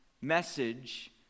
message